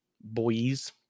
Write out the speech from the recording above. boys